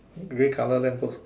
grey colour lamp post